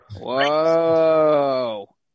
Whoa